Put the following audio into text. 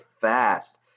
fast